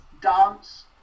dance